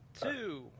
two